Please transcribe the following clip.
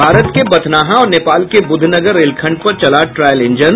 भारत के बथनाहा और नेपाल के बुद्धनगर रेलखंड पर चला ट्रायल इंजन